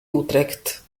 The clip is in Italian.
utrecht